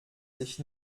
sich